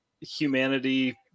humanity